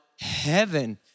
heaven